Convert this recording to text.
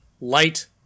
light